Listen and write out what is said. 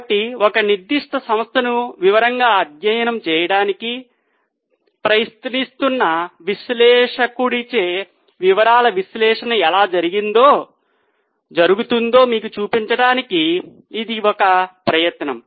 కాబట్టి ఒక నిర్దిష్ట సంస్థను వివరంగా అధ్యయనం చేయడానికి ప్రయత్నిస్తున్న విశ్లేషకుడిచే వివరాల విశ్లేషణ ఎలా జరుగుతుందో మీకు చూపించడానికి ఇది ఒక ప్రయత్నం